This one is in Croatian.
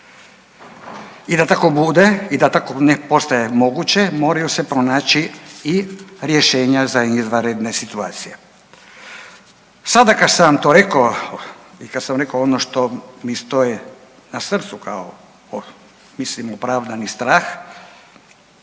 I da tako bude i tako ne postaje moguće moraju se pronaći i rješenja za izvanredne situacije. Sada kad sam to rekao i kad sam rekao ono što mi stoji na srcu kao mislim opravdani strah